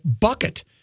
bucket